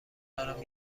دارم